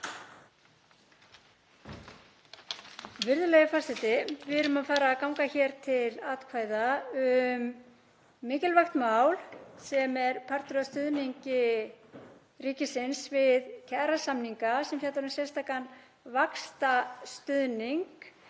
Virðulegi forseti. Við erum að fara að ganga hér til atkvæða um mikilvægt mál, sem er partur af stuðningi ríkisins við kjarasamninga, sem fjallar um sérstakan vaxtastuðning